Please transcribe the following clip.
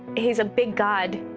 he's a big god.